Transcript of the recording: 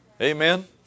Amen